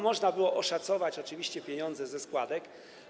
Można było oszacować oczywiście pieniądze ze składek.